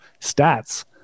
stats